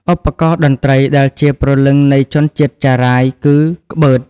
ឧបករណ៍តន្ត្រីដែលជាព្រលឹងនៃជនជាតិចារាយគឺ ក្បឺត។